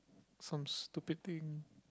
some stupid thing